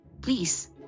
Please